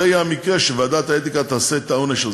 זה יהיה המקרה שוועדת האתיקה תעשה את העונש הזה.